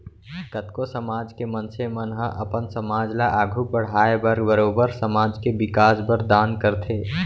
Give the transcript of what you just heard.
कतको समाज के मनसे मन ह अपन समाज ल आघू बड़हाय बर बरोबर समाज के बिकास बर दान करथे